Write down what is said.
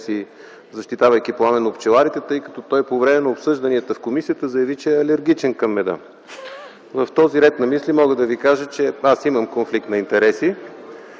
защитавайки пламенно пчеларите, тъй като той по време на обсъжданията в комисията заяви, че е алергичен към меда. В този ред на мисли мога да ви кажа, че аз имам конфликт на интереси.